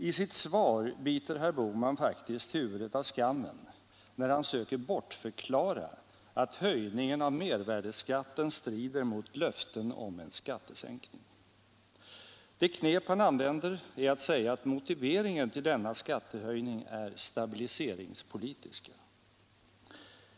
I sitt svar biter herr Bohman faktiskt huvudet av skammen när han söker bortförklara att höjningen av mervärdeskatten strider mot löftena om en skattesänkning. Det knep han använder är att säga att motiven 41 till denna skattehöjning är stabiliseringspolitiska.